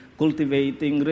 cultivating